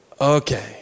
Okay